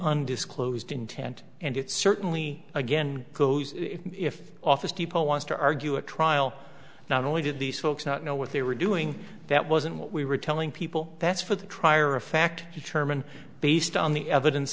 undisclosed intent and it's certainly again if office depot wants to argue a trial not only did these folks not know what they were doing that wasn't what we were telling people that's for the trier of fact determine based on the evidence